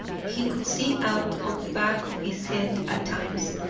he could see out of the back of his head at times,